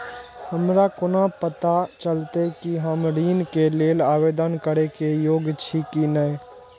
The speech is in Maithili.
हमरा कोना पताा चलते कि हम ऋण के लेल आवेदन करे के योग्य छी की ने?